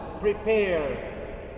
prepare